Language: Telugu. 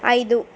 ఐదు